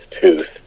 tooth